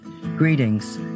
Greetings